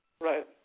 Right